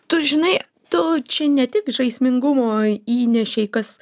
tu žinai tu čia ne tik žaismingumo įnešei kas